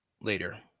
Later